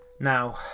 Now